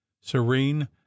serene